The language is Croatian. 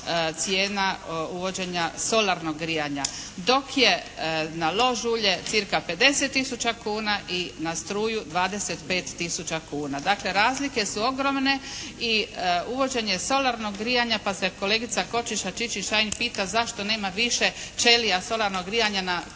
uvođenja solarnog grijanja dok je na lož ulje cca 50 tisuća kuna i na struju 25 tisuća kuna. Dakle razlike su ogromne i uvođenje solarnog grijanja pa se kolegica Košiša Čičin-Šain pita zašto nema više ćelija solarnog grijanja na kućama